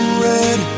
red